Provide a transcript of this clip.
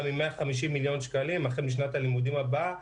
מ-150 מיליון שקלים החל משנת הלימודים הבאה.